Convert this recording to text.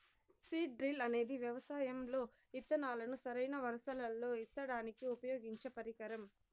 seed drill అనేది వ్యవసాయం లో ఇత్తనాలను సరైన వరుసలల్లో ఇత్తడానికి ఉపయోగించే పరికరం